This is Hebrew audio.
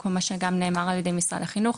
כמו גם מה שנאמר על ידי משרד החינוך,